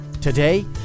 Today